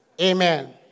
Amen